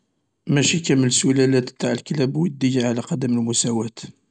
ماشي كامل سلالات الكلاب ودية على قدم المسواة.